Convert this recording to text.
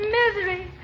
misery